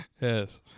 Yes